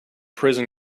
prison